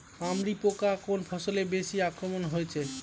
পামরি পোকা কোন ফসলে বেশি আক্রমণ হয়েছে?